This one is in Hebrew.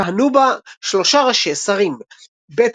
כהנו בה שלושה ראשי שרים ב.